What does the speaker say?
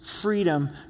freedom